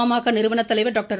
பாமக நிறுவன தலைவர் டாக்டர்